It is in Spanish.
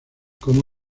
como